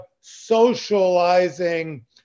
socializing